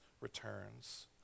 returns